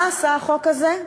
מה עשה החוק הזה?